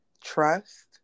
trust